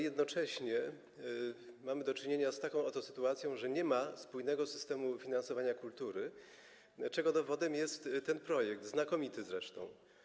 Jednocześnie mamy do czynienia z taką oto sytuacją, że nie ma spójnego systemu finansowania kultury, czego dowodem jest ten projekt, znakomity zresztą.